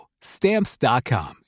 stamps.com